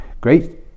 great